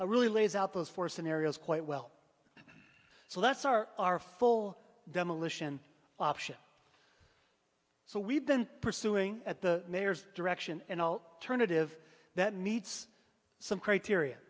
a really lays out those four scenarios quite well so that's our our full demolition option so we've been pursuing at the mayor's direction an alternative that meets some criteria